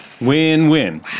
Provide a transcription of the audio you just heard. Win-win